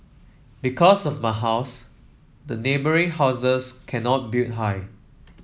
because of my house the neighbouring houses cannot build high